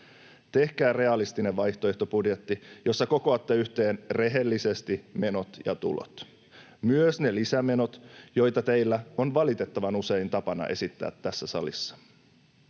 Tehkää realistinen vaihtoehtobudjetti, jossa kokoatte yhteen rehellisesti menot ja tulot, [Sinuhe Wallinheimo: Tietenkin!] myös ne lisämenot, joita teillä on valitettavan usein tapana esittää tässä salissa.